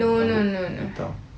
no no no no